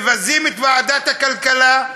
מבזים את ועדת הכלכלה.